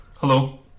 Hello